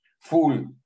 full